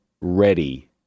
ready